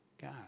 God